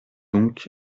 donc